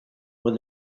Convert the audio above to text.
when